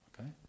Okay